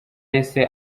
yahise